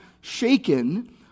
shaken